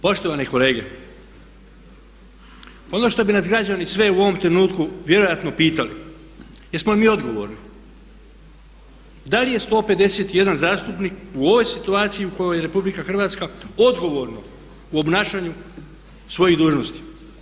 Poštovane kolege, ono što bi nas građani sve u ovom trenutku vjerojatno pitali jesmo li mi odgovorni, da li je 151 zastupnik u ovoj situaciji u kojoj je Republika Hrvatska odgovorno u obnašanju svojih dužnosti?